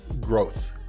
growth